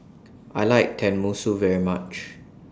I like Tenmusu very much